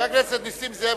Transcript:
חבר הכנסת נסים זאב,